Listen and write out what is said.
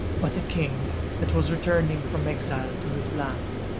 but a king that was returning from exile to his land.